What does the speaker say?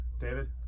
David